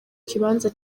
kibanza